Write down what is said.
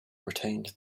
retained